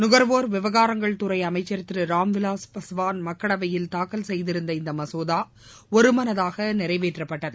நுகர்வோர் விவகாரங்கள் துறை அமைச்சர் திரு ராம்விலாஸ் பாஸ்வான் மக்களவையில் தாக்கல் செய்திருந்த இந்த மசோதா ஒரு மனதாக நிறைவேற்றப்பட்டது